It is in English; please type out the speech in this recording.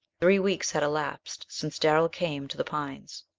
three weeks had elapsed since darrell came to the pines.